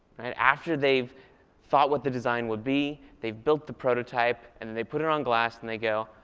and after they've thought what the design would be. they've built the prototype, and then they put it on glass, and they go,